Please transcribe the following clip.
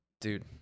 Dude